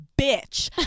bitch